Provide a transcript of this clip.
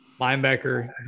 linebacker